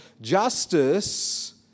justice